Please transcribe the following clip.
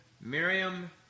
Miriam